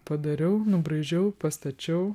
padariau nubraižiau pastačiau